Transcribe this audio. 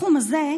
בסכום הזה,